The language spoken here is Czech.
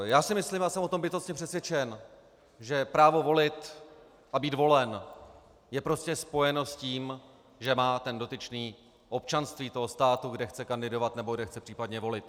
Já si myslím a jsem o tom bytostně přesvědčen, že právo volit a být volen je prostě spojeno s tím, že má ten dotyčný občanství toho státu, kde chce kandidovat nebo kde chce případně volit.